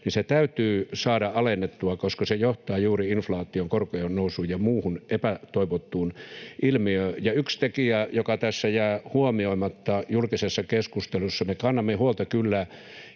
näin. Se täytyy saada alennettua, koska se johtaa juuri inflaatioon, korkojen nousuun ja muuhun epätoivottuun ilmiöön. Yksi tekijä tässä jää huomioimatta julkisessa keskustelussa: Me kannamme huolta kyllä